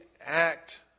act